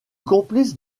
complice